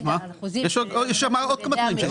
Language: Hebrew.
יש שם עוד כמה תנאים.